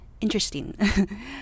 interesting